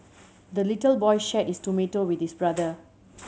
the little boy shared his tomato with his brother